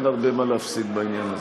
אין הרבה מה להפסיד בעניין הזה.